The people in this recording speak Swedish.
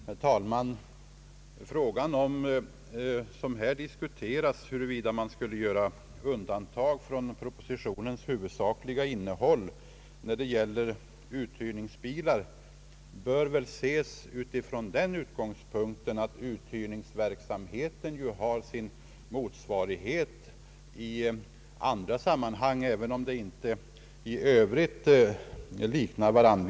Herr talman! Den fråga som här diskuteras, d.v.s. huruvida man skulle göra undantag från propositionens huvudsakliga innehåll när det gäller uthyrningsbilar, bör väl ses från den utgångspunkten att uthyrningsverksamheten har sin motsvarighet i andra sammanhang, även om fallen i övrigt inte liknar varandra.